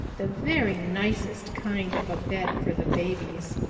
the very nicest kind of a bed for the babies.